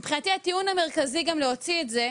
מבחינתי הטיעון המרכזי גם להוציא את זה,